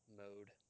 mode